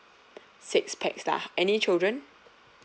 six pax lah any children